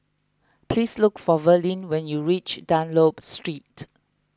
please look for Verlin when you reach Dunlop Street